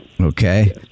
Okay